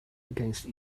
against